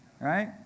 right